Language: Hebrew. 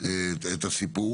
יש פה המון מכשולים והמון בעייתיות.